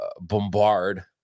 bombard